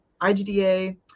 igda